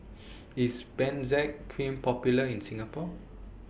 IS Benzac Cream Popular in Singapore